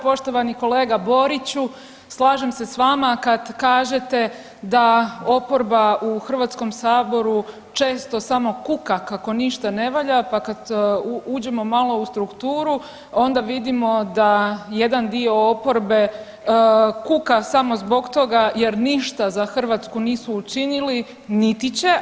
Poštovani kolega Boriću, slažem se sa vama kad kažete da oporba u Hrvatskom saboru često samo kuka kako ništa ne valja, pa kad uđemo malo u strukturu onda vidimo da jedan dio oporbe kuka samo zbog toga jer ništa za Hrvatsku nisu učinili niti će.